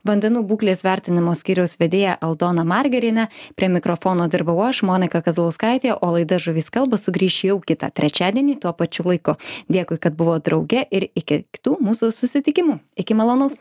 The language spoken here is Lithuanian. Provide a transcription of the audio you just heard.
vandenų būklės vertinimo skyriaus vedėja aldona margeriene prie mikrofono dirbau aš monika kazlauskaitė o laida žuvys kalba sugrįš jau kitą trečiadienį tuo pačiu laiku dėkui kad buvot drauge ir iki kitų mūsų susitikimų iki malonaus